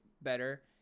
better